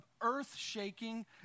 earth-shaking